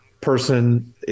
person